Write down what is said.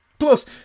Plus